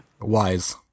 wise